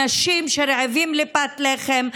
אנשים שרעבים לפת לחם,